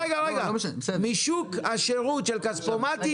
אתה חברת כספונט?